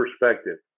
perspective